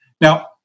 Now